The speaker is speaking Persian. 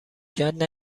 کرد